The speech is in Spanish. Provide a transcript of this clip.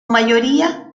mayoría